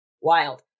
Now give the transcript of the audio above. Wild